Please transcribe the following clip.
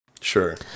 Sure